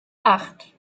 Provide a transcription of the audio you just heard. acht